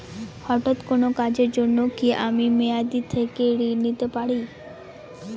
হঠাৎ কোন কাজের জন্য কি আমি মেয়াদী থেকে ঋণ নিতে পারি?